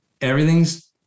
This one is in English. Everything's